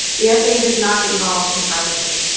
yeah faa does not get involved in privacy.